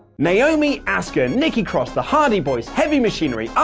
naomi, asuka, nikki cross, the hardy boyz, heavy machinery, ah